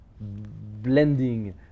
blending